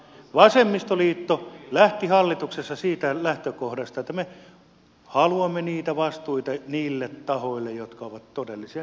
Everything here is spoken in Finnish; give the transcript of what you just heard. vasemmistoliitto lähti hallituksessa siitä lähtökohdasta että me haluamme niitä vastuita niille tahoille jotka ovat todellisia vastuunkantajia